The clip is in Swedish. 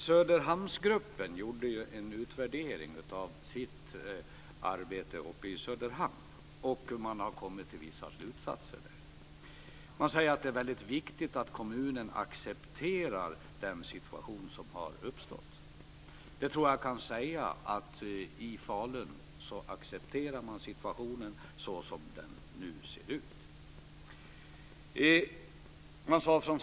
Söderhamnsgruppen gjorde en utvärdering av sitt arbete uppe i Söderhamn. Den har kommit fram till vissa slutsatser. Den säger att det är väldigt viktigt att kommunen accepterar den situation som har uppstått. Jag tror att jag kan säga att man i Falun accepterar situationen så som den nu ser ut.